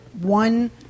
one